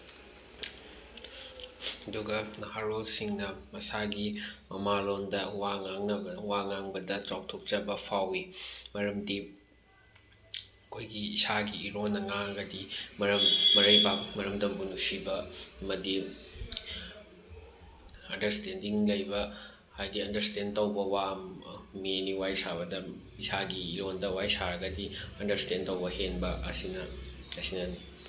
ꯑꯗꯨꯒ ꯅꯍꯥꯔꯣꯜꯁꯤꯡꯅ ꯃꯁꯥꯒꯤ ꯃꯃꯥꯂꯣꯟꯗ ꯋꯥ ꯉꯥꯡꯅꯕ ꯋꯥ ꯉꯥꯡꯕꯗ ꯆꯥꯎꯊꯣꯛꯆꯕ ꯐꯥꯎꯋꯤ ꯃꯔꯝꯗꯤ ꯑꯩꯈꯣꯏꯒꯤ ꯏꯁꯥꯒꯤ ꯏꯔꯣꯟꯅ ꯉꯥꯡꯉꯒꯗꯤ ꯃꯔꯩꯕꯥꯛ ꯃꯔꯝꯗꯝꯕꯨ ꯅꯨꯡꯁꯤꯕ ꯑꯃꯗꯤ ꯑꯟꯗꯔꯁꯇꯦꯟꯗꯤꯡ ꯂꯩꯕ ꯍꯥꯏꯗꯤ ꯑꯟꯗꯔꯁꯇꯦꯟ ꯇꯧꯕ ꯋꯥ ꯃꯤ ꯑꯅꯤ ꯋꯥꯔꯤ ꯁꯥꯕꯗ ꯏꯁꯥꯒꯤ ꯂꯣꯟꯗ ꯋꯥꯔꯤ ꯁꯥꯔꯒꯗꯤ ꯑꯟꯗꯔꯁꯇꯦꯟ ꯇꯧꯕ ꯍꯦꯟꯕ ꯑꯁꯤꯅ ꯑꯁꯤꯅꯅꯤ